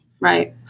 Right